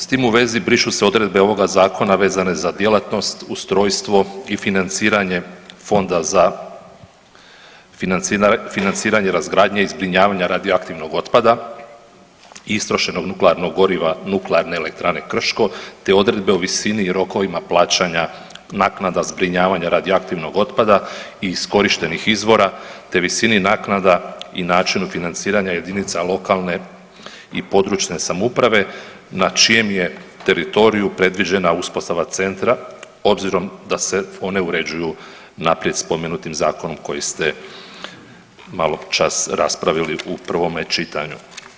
S tim u vezi brišu se odredbe ovoga zakona vezane za djelatnost, ustrojstvo i financiranje Fonda za financiranje razgradnje i zbrinjavanja radioaktivnog otpada i istrošenog nuklearnog goriva iz Nuklearne elektrane Krško te odredbe o visini i rokovima plaćanja naknada zbrinjavanja radioaktivnog otpada i iskorištenih izvora te visini naknada i načinu financiranja jedinica lokalne i područne samouprave na čijem je teritoriju predviđena uspostava centra, obzirom da se one uređuju naprijed spomenutim zakonom koji ste maločas raspravili u prvome čitanju.